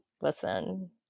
Listen